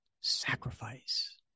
sacrifice